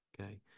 Okay